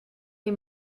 les